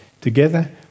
Together